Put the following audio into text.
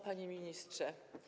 Panie Ministrze!